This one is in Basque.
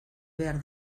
behar